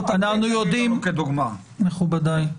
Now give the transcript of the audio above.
מכובדיי,